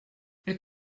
elle